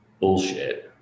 bullshit